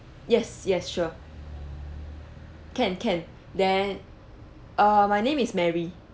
yes yes sure can can then err my name is mary